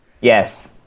yes